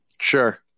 Sure